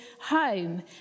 home